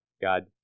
God